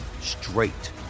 straight